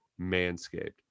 manscaped